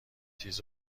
تیز